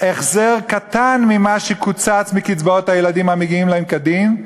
החזר קטן ממה שקוצץ מקצבאות הילדים המגיעות להם כדין,